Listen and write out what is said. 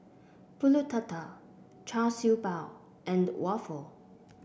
pulut Tatal Char Siew Bao and waffle